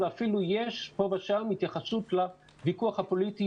ואפילו יש פה ושם התייחסות לוויכוח הפוליטי